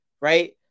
right